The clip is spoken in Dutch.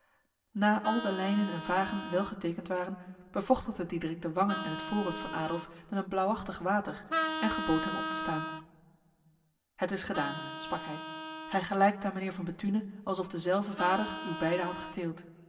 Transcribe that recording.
na al de lijnen en vagen wel getekend waren bevochtigde diederik de wangen en het voorhoofd van adolf met een blauwachtig water en gebood hem op te staan het is gedaan sprak hij gij gelijkt aan mijnheer van bethune alsof dezelfde vader u beiden had geteeld